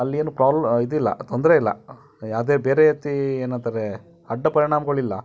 ಅಲ್ಲೇನೂ problem ಇದಿಲ್ಲ ತೊಂದರೆಯಿಲ್ಲ ಯಾವುದೇ ಬೇರೆ ರೀತಿ ಏನಂತಾರೆ ಅಡ್ಡ ಪರಿಣಾಮಗಳಿಲ್ಲ